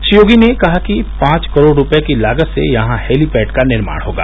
श्री योगी ने कहा कि पांव करोड़ रूपये की लागत से यहां हैलीपैड का निर्माण होगा